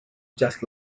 just